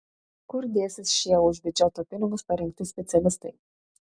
kur dėsis šie už biudžeto pinigus parengti specialistai